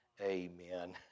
Amen